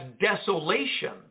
desolation